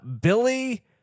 Billy